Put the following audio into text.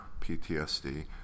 PTSD